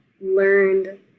learned